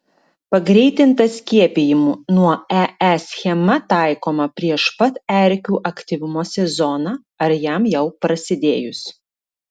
pagreitinta skiepijimų nuo ee schema taikoma prieš pat erkių aktyvumo sezoną ar jam jau prasidėjus